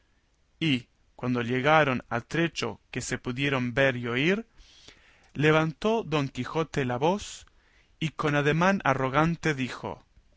y cuando llegaron a trecho que se pudieron ver y oír levantó don quijote la voz y con ademán arrogante dijo